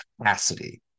capacity